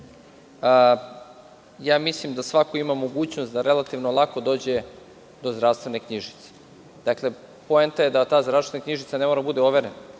ja mislim da svako ima mogućnost da relativno lako dođe do zdravstvene knjižice. Dakle, poenta je da ta zdravstvena knjižica ne mora da bude overena.